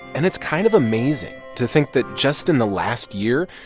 and it's kind of amazing to think that just in the last year,